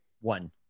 One